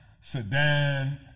sedan